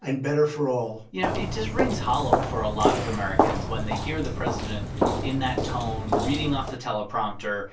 and better for all you know, it just rings hollow for a lot of americans when they hear the president in that tone, reading off the teleprompter,